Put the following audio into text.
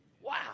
Wow